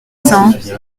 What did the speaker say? cents